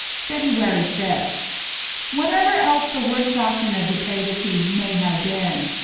february fifth whatever else the worst doctrine of depravity may have been,